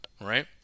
right